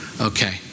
okay